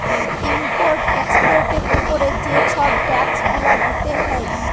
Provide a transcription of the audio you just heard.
import এক্সপর্টের উপরে যে ছব ট্যাক্স গুলা দিতে হ্যয়